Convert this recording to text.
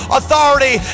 authority